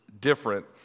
different